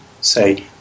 say